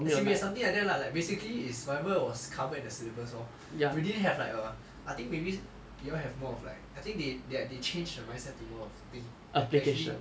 as in we have something like that lah like basically is whatever that was covered in the syllabus lor we didn't have like a I think maybe you all have more of like I think they they change the mindset to more of think actually